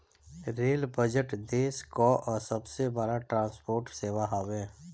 rail budget देस कअ सबसे बड़ ट्रांसपोर्ट सेवा हवे